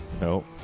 Nope